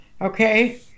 okay